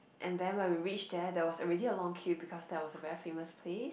and then when we reached there there was already a long queue because that was a very famous place